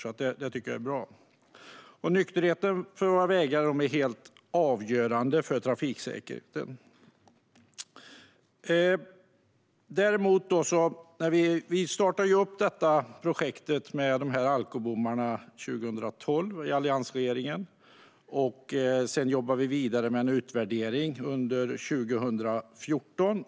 Jag tycker att detta är bra. Nykterheten på våra vägar är helt avgörande för trafiksäkerheten. Vi startade projektet med alkobommarna 2012 under alliansregeringen. Sedan jobbade vi vidare med en utvärdering under 2014.